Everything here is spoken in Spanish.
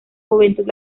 juventud